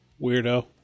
Weirdo